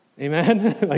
Amen